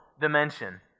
dimension